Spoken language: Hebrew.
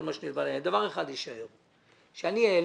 אבל דבר אחד יישאר וזה שאני העליתי,